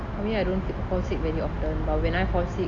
for me I don't fall sick very often but when I fall sick